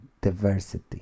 diversity